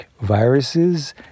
viruses